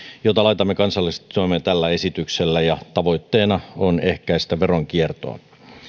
jota laitamme kansallisesti toimeen tällä esityksellä ja tavoitteena on ehkäistä veronkiertoa